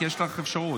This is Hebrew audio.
כי יש לך אפשרות.